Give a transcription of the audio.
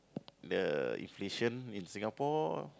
the inflation in Singapore